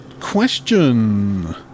question